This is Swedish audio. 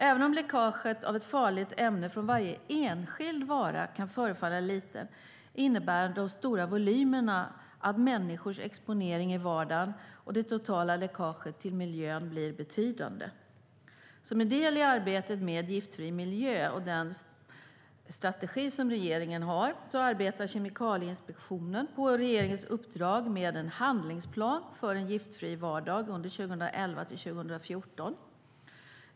Även om läckaget av ett farligt ämne från varje enskild vara kan förefalla litet innebär de stora volymerna att människors exponering i vardagen och det totala läckaget till miljön blir betydande. Som en del i arbetet med en giftfri miljö och den strategi som regeringen har arbetar Kemikalieinspektionen på regeringens uppdrag med en handlingsplan för en giftfri vardag under 2011-2014.